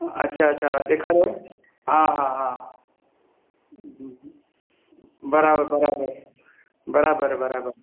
अच्छा अच्छा ॾेखारियो हा हा हा बराबरि बराबरि बराबरि बराबरि